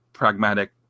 Pragmatic